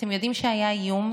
אתם יודעים שהיה איום.